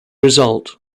result